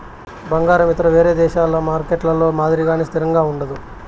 బంగారం ఇతర వేరే దేశాల మార్కెట్లలో మాదిరిగానే స్థిరంగా ఉండదు